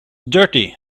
dirty